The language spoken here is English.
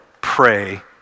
pray